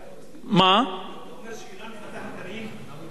אתה אומר שאירן מפתחת גרעין בגלל הבעיה הפלסטינית?